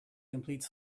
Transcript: complete